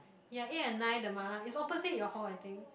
ya eight and nine the mala is opposite your hall I think